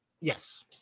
yes